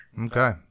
Okay